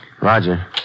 Roger